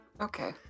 Okay